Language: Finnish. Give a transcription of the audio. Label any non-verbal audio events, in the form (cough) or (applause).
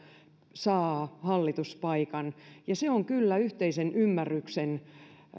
saa hallituspaikan (unintelligible) ja se on kyllä yhteisen ymmärryksen